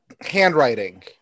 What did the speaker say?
handwriting